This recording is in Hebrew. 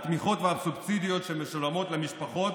התמיכות והסובסידיות שמשולמות למשפחות